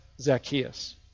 Zacchaeus